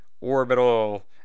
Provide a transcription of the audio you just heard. orbital